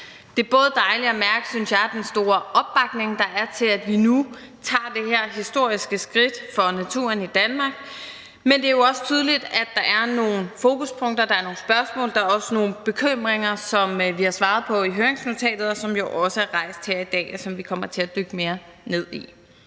Det er dejligt at mærke, synes jeg, den store opbakning, der er, til, at vi nu tager det her historiske skridt for naturen i Danmark. Men det er jo også tydeligt, at der er nogle fokuspunkter, der er nogle spørgsmål og der også er nogle bekymringer, som vi har svaret på i høringsnotatet, og som jo også er rejst her i dag, og som vi kommer til at dykke mere ned i.